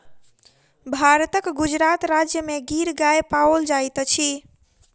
भारतक गुजरात राज्य में गिर गाय पाओल जाइत अछि